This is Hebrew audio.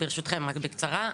ברשותכם, רק בקצרה.